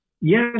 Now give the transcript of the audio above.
Yes